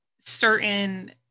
certain